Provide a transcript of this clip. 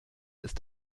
ist